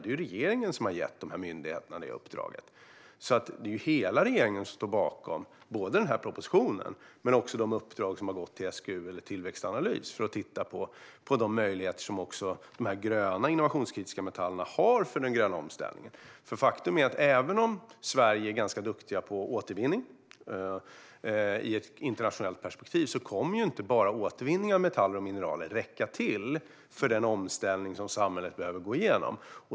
Det är ju regeringen som har gett myndigheterna det uppdraget. Hela regeringen står bakom både den här propositionen och de uppdrag som har gått till SGU och Tillväxtanalys att titta på de möjligheter som även de gröna innovationskritiska metallerna har för den gröna omställningen. Även om Sverige är ganska duktigt på återvinning i ett internationellt perspektiv kommer inte enbart återvinning av metaller och mineraler att räcka till för den omställning som samhället behöver gå igenom.